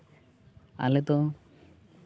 ᱟᱞᱮ ᱫᱚ